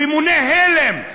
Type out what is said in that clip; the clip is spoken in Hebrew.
רימוני הלם,